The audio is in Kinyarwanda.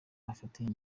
afatiye